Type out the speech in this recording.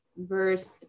verse